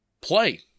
play